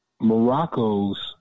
Morocco's